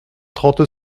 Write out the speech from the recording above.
trente